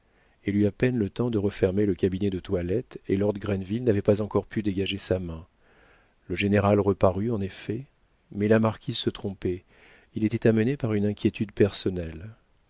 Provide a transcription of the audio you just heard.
elle eut à peine le temps de fermer le cabinet de toilette et lord grenville n'avait pas encore pu dégager sa main le général reparut en effet mais la marquise se trompait il était amené par une inquiétude personnelle